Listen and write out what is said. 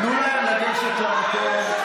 תנו להם לגשת למקום.